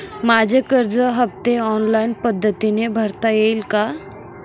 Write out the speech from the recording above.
माझे कर्ज हफ्ते ऑनलाईन पद्धतीने भरता येतील का?